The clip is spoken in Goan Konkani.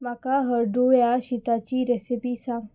म्हाका हडदुव्या शिताची रेसिपी सांग